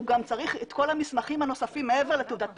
הוא צריך את כל המסמכים הנוספים מעבר לתעודת פטירה.